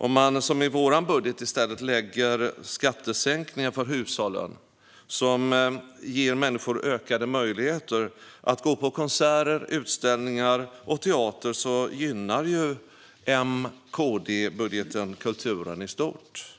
Om det som i M-KD-budgeten i stället blir skattesänkningar för hushållen, som ger människor ökade möjligheter att gå på konserter, utställningar och teater, gynnas kulturen i stort.